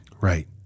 Right